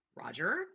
Roger